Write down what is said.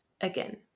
again